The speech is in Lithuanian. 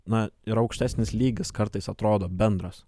na ir aukštesnis lygis kartais atrodo bendras